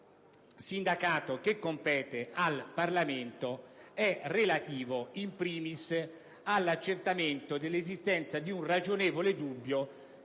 sindacato che compete al Parlamento è relativo *in primis* all'accertamento dell'esistenza di un ragionevole dubbio